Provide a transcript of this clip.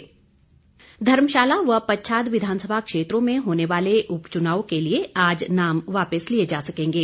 विधानसभा उपच्नाव धर्मशाला व पच्छाद विधानसभा क्षेत्रों में होने वाले उपचुनाव के लिए आज नाम वापिस लिए जा सकेंगे